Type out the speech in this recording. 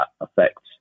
affects